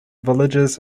villages